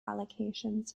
allocations